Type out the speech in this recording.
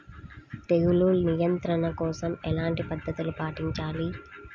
తెగులు నియంత్రణ కోసం ఎలాంటి పద్ధతులు పాటించాలి?